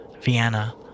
Vienna